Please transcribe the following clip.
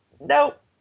Nope